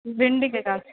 भिण्डीके गाछ